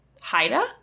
Haida